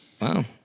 Wow